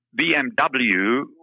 BMW